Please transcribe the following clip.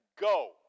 Go